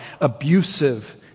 abusive